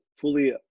fully